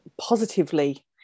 positively